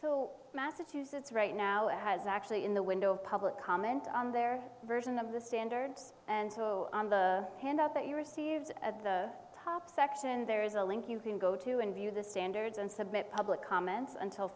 so massachusetts right now it has actually in the window public comment on their version of the standard and so on the handout that you received at the top section there is a link you can go to and view the standards and submit public comments until